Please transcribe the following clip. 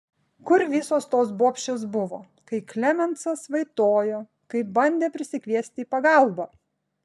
kur visos tos bobšės buvo kai klemensas vaitojo kai bandė prisikviesti į pagalbą